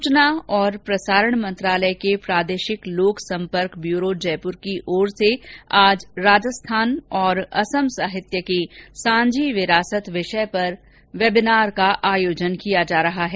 सूचना और प्रसारण मंत्रालय के प्रादेशिक लोक सम्पर्क ब्यूरो जयपुर की ओर से आज राजस्थान और असम साहित्य की सांझी विरासत विषय पर वेबिनार का आयोजन किया जा रहा है